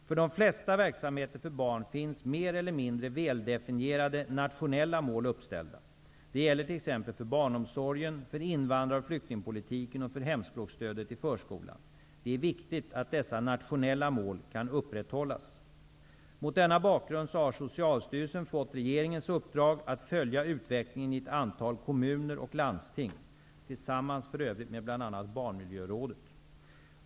För de flesta verksamheter för barn finns mer eller mindre väldefinierade nationella mål uppställda. Det gäller t.ex. för barnomsorgen, för invandraroch flyktingpolitiken och för hemspråksstödet i förskolan. Det är viktigt att dessa nationella mål kan upprätthållas. Mot denna bakgrund har Socialstyrelsen fått regeringens uppdrag att följa utvecklingen i ett antal kommuner och landsting, för övrigt tillsammans med bl.a. Barnmiljörådet.